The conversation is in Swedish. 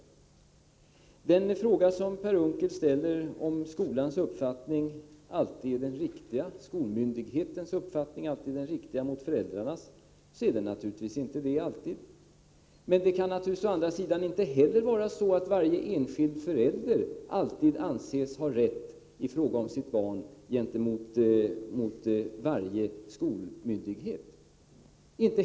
Svaret på den fråga som Per Unckel ställer, om skolmyndighetens uppfattning alltid är den riktiga gentemot föräldrarnas, är att det naturligtvis inte alltid är så. Men det kan inte heller vara så att varje enskild förälder alltid kan anses ha rätt i fråga om sitt barn gentemot skolmyndigheten.